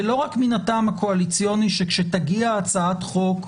ולא רק מן הטעם הקואליציוני שכשתגיע הצעת חוק,